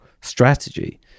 strategy